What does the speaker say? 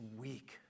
weak